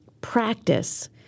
Practice